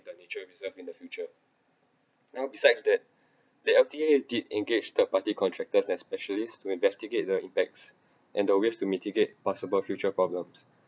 the nature reserve in the future now besides that the L_T_A did engage third party contracted specialists to investigate the impacts and ways to mitigate possible future problems